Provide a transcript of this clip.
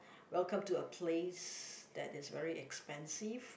welcome to a place that is very expensive